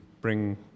bring